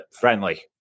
Friendly